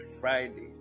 Friday